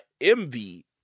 envy